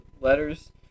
letters